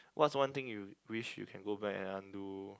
what's one thing you wish you can go back and undo